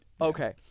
Okay